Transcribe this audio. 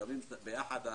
מקבלים יחד,